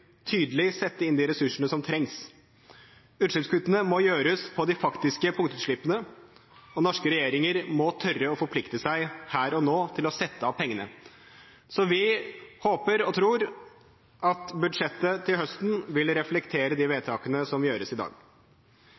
tydelig sette inn de ressursene som trengs. Utslippskuttene må gjøres på de faktiske punktutslippene, og norske regjeringer må tørre å forplikte seg her og nå til å sette av pengene. Vi håper og tror at budsjettet til høsten vil reflektere de vedtakene som gjøres i dag.